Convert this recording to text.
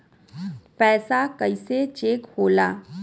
पैसा कइसे चेक होला?